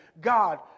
God